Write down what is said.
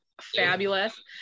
fabulous